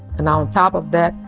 and on top of that,